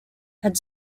had